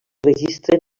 registren